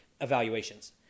evaluations